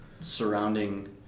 surrounding